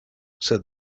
said